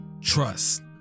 trust